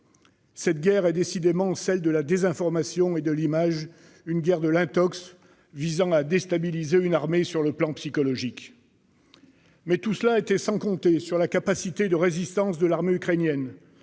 Cette guerre est décidément celle de la désinformation et de l'image, une guerre de l'intox visant à déstabiliser une armée sur le plan psychologique. Mais tout cela était sans compter sur la capacité de résistance de l'armée ukrainienne,